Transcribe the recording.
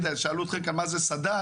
שאלו אתכם פה מה זה סד"צ,